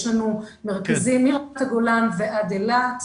יש לנו מרכזים מרמת הגולן ועד אילת.